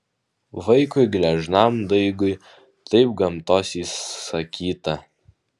vaikui gležnam daigui taip gamtos įsakyta